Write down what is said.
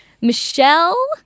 Michelle